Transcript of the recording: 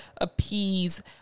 appease